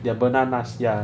they are bananas ya